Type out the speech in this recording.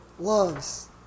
loves